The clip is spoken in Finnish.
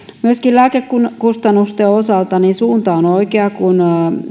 myöskin lääkekustannusten osalta suunta on oikea kun